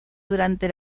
durante